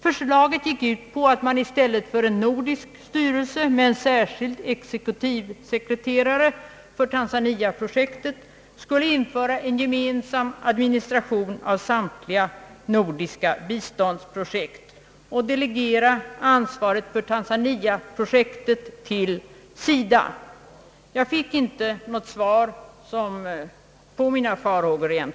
Förslaget gick ut på att man i stället för en nordisk styrelse med en särskild exekutivsekreterare för tanzaniaprojektet skulle genomföra en gemensam administration för samtliga nordiska biståndsprojekt och delegera ansvaret för tanzaniaprojektet till SIDA. Jag fick inte något lugnande svar på mina farhågor.